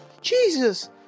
Jesus